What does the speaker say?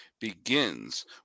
begins